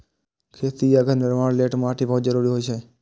खेती आ घर निर्माण लेल माटि बहुत जरूरी होइ छै